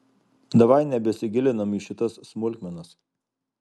davai nebesigilinam į šitas smulkmenas